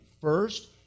first